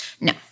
No